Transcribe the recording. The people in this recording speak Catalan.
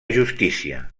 justícia